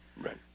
Right